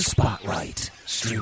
Spotlight